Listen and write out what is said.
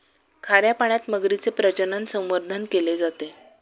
खाऱ्या पाण्यात मगरीचे प्रजनन, संवर्धन केले जाते